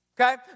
okay